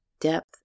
depth